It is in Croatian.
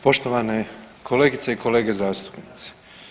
Poštovane kolegice i kolege zastupnici.